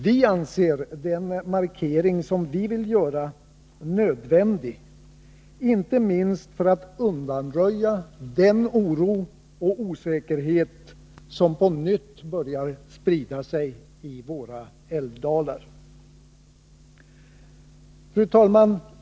Vi anser den markering som vi vill göra nödvändig, inte minst för att undanröja den oro och osäkerhet som på nytt börjar sprida sig bland befolkningen i våra älvdalar. Fru talman!